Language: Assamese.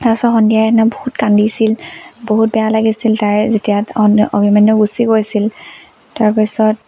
তাৰপাছত সন্ধ্যাই সেইদিনা বহুত কান্দিছিল বহুত বেয়া লাগিছিল তাইৰ যেতিয়া অন অভিমন্য়ূ গুচি গৈছিল তাৰপিছত